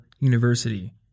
University